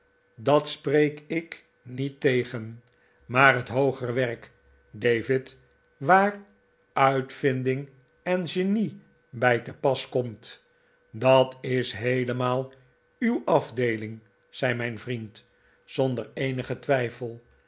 dat spreek ik niet tegen maar net hoogere werk david waar uitvinding en genie bij te pas komt dat is heelemaal uw afdeeling zei zijn vriend zonder eenigen twijfel